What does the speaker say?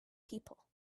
people